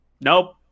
nope